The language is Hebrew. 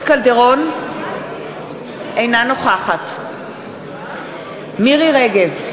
אינה נוכחת מירי רגב,